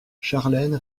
charlène